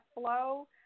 flow